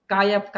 Kaya